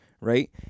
Right